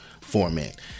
format